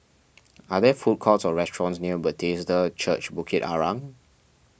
are there food courts or restaurants near Bethesda Church Bukit Arang